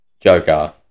Joker